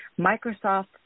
Microsoft